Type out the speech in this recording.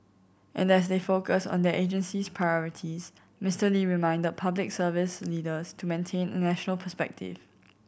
and as they focus on their agency's priorities Mister Lee reminded Public Service leaders to maintain a national perspective